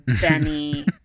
Benny